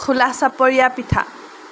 খোলা চাপৰীয়া পিঠা